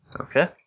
Okay